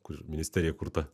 kur ministerija įkurta